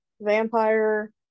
vampire